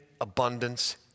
abundance